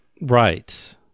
right